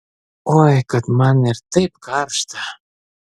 oi kad man ir taip karšta